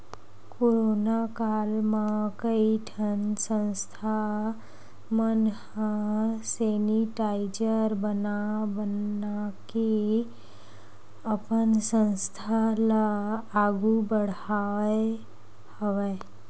corona काल म कइ ठन संस्था मन ह सेनिटाइजर बना बनाके अपन संस्था ल आघु बड़हाय हवय